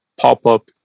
pop-up